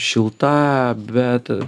šilta bet